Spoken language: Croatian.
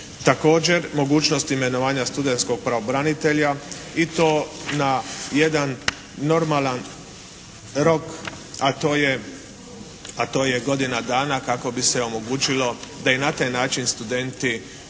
Također mogućnost imenovanja studenskog pravobranitelja i to na jedan normalan rok, a to je godina dana kako bi se omogućilo da i na taj način studenti